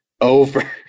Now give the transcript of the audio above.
over